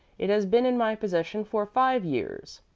it has been in my possession for five years.